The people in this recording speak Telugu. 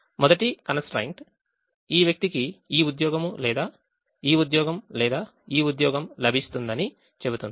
మొదటి కన్స్ ట్రైన్ట్ ఈ వ్యక్తికి ఈ ఉద్యోగం లేదా ఈ ఉద్యోగం లేదా ఈ ఉద్యోగం లభిస్తుందని చెబుతుంది